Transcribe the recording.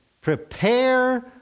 prepare